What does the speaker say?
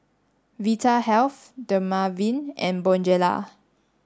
Vitahealth Dermaveen and Bonjela